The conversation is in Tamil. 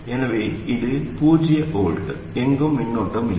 எனவே இது பூஜ்ஜிய வோல்ட் எங்கும் மின்னோட்டம் இல்லை